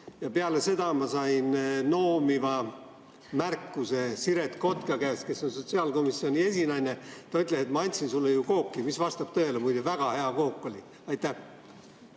Peale seda ma sain noomiva märkuse Siret Kotka käest, kes on sotsiaalkomisjoni esinaine. Ta ütles: "Ma andsin ju sulle kooki." See vastab tõele. Muide, väga hea kook oli. Ma